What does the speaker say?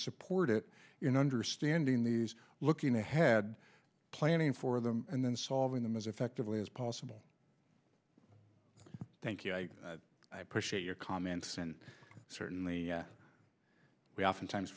support it you know understanding these looking ahead planning for them and then solving them as effectively as possible thank you i appreciate your comments and certainly we oftentimes